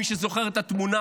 מי שזוכר את התמונה